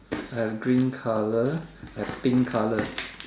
I have green color I have pink color